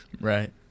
Right